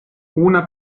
una